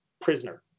prisoner